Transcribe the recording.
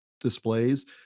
displays